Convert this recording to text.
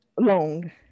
Long